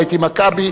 ראיתי "מכבי".